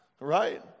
Right